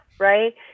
Right